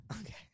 Okay